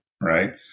right